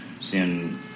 seeing